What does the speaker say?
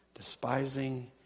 despising